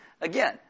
again